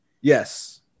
yes